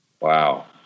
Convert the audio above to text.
Wow